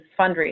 fundraising